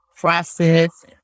process